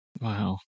wow